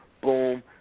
Boom